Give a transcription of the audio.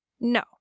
No